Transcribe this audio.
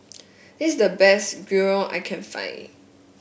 this is the best Gyro I can find